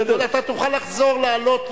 אתה תוכל לחזור לעלות,